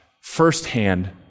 firsthand